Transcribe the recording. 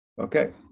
Okay